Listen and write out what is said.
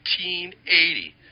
1880